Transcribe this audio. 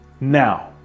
now